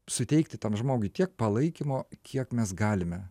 suteikti tam žmogui tiek palaikymo kiek mes galime